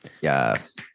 Yes